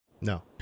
No